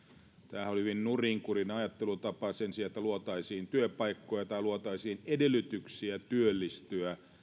tämähän oli hyvin nurinkurinen ajattelutapa sen sijaan että luotaisiin työpaikkoja tai luotaisiin edellytyksiä työllistyä